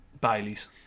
Baileys